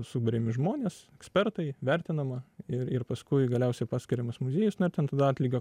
suburiami žmonės ekspertai vertinama ir ir paskui galiausiai paskiriamas muziejus na ir ten tada atlygio